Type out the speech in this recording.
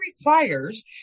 requires